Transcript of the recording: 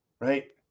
right